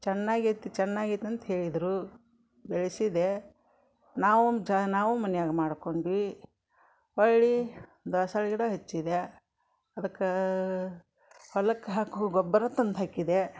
ಚೆನ್ನಾಗೈತೆ ಚೆನ್ನಾಗೈತೆ ಅಂತ ಹೇಳಿದರು ಬೆಳೆಸಿದೆ ನಾವೂ ಜ್ ನಾವೂ ಮನೆಯಾಗ ಮಾಡಿಕೊಂಡ್ವಿ ಹೊರ್ಳಿ ದಾಸ್ವಾಳ ಗಿಡ ಹಚ್ಚಿದೆ ಅದಕ್ಕೆ ಹೊಲಕ್ಕೆ ಹಾಕೋ ಗೊಬ್ಬರ ತಂದು ಹಾಕಿದೆ